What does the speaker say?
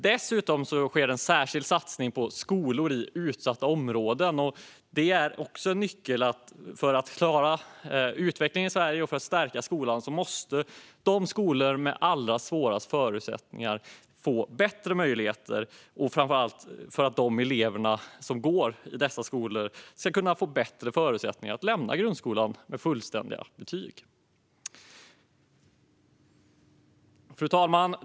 Dessutom sker en särskild satsning på skolor i utsatta områden. Detta är också en nyckel - för att klara utvecklingen i Sverige och för att stärka skolan måste de skolor som har allra svårast förutsättningar få bättre möjligheter, framför allt för att de elever som går i dessa skolor ska få bättre förutsättningar att lämna grundskolan med fullständiga betyg. Fru talman!